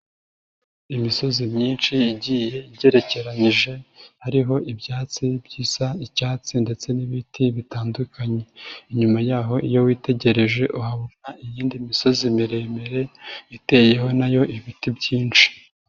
Imisozi myinshi igiye igerekeranije hariho ibyatsi bisa icyatsi ndetse n'ibiti bitandukanye, inyuma y'aho iyo witegereje uhabona iyindi misozi miremire, iteyeho na yo ibiti byinshi.